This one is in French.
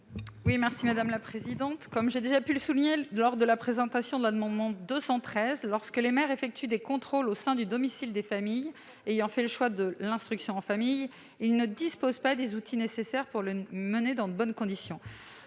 à Mme Nathalie Delattre. Comme je l'ai souligné lors de la présentation de l'amendement n° 213 rectifié, lorsque les maires effectuent des contrôles au sein du domicile des familles ayant fait le choix de l'instruction en famille, ils ne disposent pas des outils nécessaires pour les mener dans de bonnes conditions.